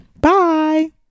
Bye